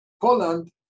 Poland